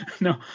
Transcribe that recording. no